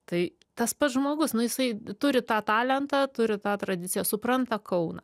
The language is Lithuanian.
tai tas pats žmogus nu jisai turi tą talentą turi tą tradiciją supranta kauną